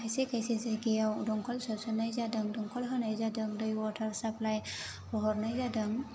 खायसे खायसे जायगायाव दंखल सोसन्नाय जादों दंखल होनाय जादों दै वादार साप्लायबो हरनाय जादों